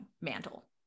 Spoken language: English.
mantle